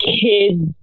kids